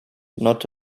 not